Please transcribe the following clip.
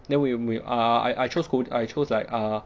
then we will we ah ah I I chose codi~ I chose like uh